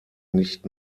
nicht